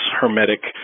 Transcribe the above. hermetic